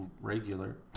regular